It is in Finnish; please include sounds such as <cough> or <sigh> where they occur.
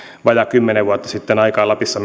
vajaa kymmenen vuotta sitten aikaan lapissa <unintelligible>